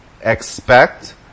expect